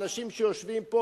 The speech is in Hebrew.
האנשים שיושבים פה,